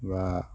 বা